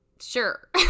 sure